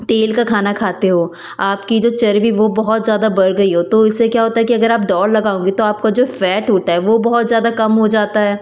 तेल का खााना खाते हो आपकी जो चर्बी वो बहुत ज़्यादा बढ़ गई हो तो इससे क्या होता है कि अगर आप दौड़ लगाओगे तो आपका जो फैट होता है वो बहुत ज़्यादा कम हो जाता है